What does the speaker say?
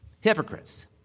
Hypocrites